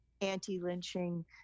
anti-lynching